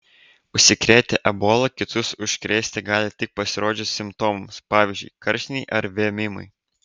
užsikrėtę ebola kitus užkrėsti gali tik pasirodžius simptomams pavyzdžiui karštinei ar vėmimui